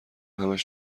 همش